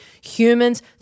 Humans